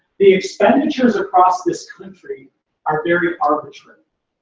the expenditures across this country are very arbitrary.